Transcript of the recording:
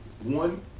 one